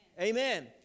Amen